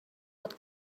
pot